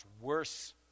worse